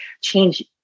change